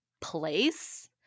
place